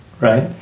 right